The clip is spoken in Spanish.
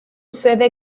sede